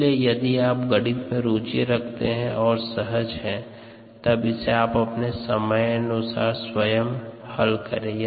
इसलिए यदि आप गणित में रुचि रखते हैं और सहज हैं तब इसे आप अपने समय अनुसार स्वयं हल करें